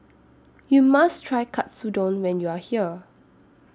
YOU must Try Katsudon when YOU Are here